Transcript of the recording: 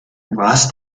warst